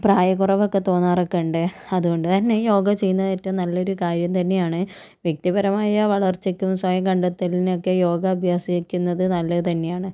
പ്രായക്കുറവൊക്കെ തോന്നാറൊക്കെയുണ്ട് അതുകൊണ്ട് തന്നെ ഈ യോഗ ചെയ്യുന്നത് ഏറ്റവും നല്ലൊരു കാര്യം തന്നെയാണ് വ്യക്തി പരമായ വളർച്ചയ്ക്കും സ്വയം കണ്ടെത്തലിനൊക്കെ യോഗ അഭ്യസിക്കുന്നത് നല്ലത് തന്നെയാണ്